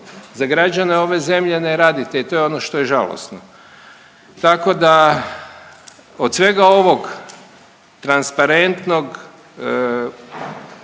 Za građane ove zemlje ne radite i to je ono što je žalosno. Tako da od svega ovog transparentnog,